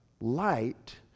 Light